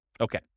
Okay